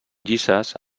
llises